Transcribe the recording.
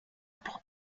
pour